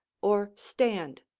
or stand,